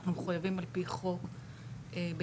אנחנו מחויבים על פי חוק בתרגום.